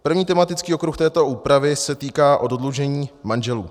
První tematický okruh této úpravy se týká oddlužení manželů.